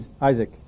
Isaac